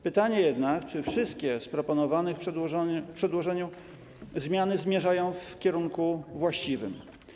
Pytanie jednak: Czy wszystkie proponowane w przedłożeniu zmiany zmierzają w kierunku właściwym?